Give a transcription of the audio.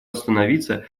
остановиться